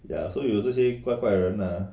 ya so 有这些怪怪的人啊